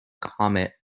comet